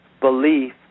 belief